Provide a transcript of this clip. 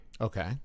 Okay